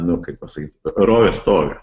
nu kaip pasakyt rovė stogą